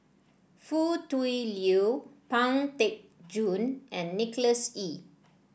Foo Tui Liew Pang Teck Joon and Nicholas Ee